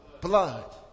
blood